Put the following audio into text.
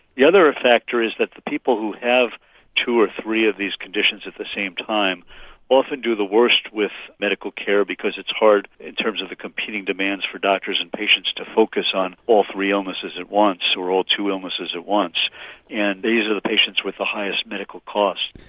the other factor is that people who have two or three of these conditions at the same time often do the worst with medical care because it's hard in terms of the competing demands for doctors and patients to focus on all three illnesses at once, or all two illnesses at once and these are the patients with the highest medical cost.